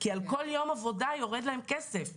כמו שיש קצינת נפגעים בצבא שמגיעה לכל אירוע שקורה,